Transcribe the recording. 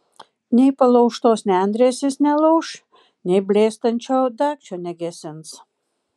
nei palaužtos nendrės jis nelauš nei blėstančio dagčio negesins